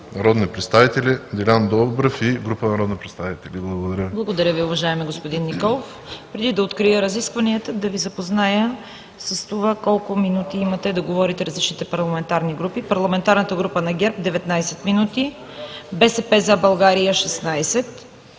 народния представител Делян Добрев и група народни представители. Благодаря Ви. ПРЕДСЕДАТЕЛ ЦВЕТА КАРАЯНЧЕВА: Благодаря Ви, уважаеми господин Николов. Преди да открия разискванията, да Ви запозная с това колко минути имате да говорите различните парламентарни групи: парламентарната група на ГЕРБ – 19 минути; „БСП за България“ – 16 минути;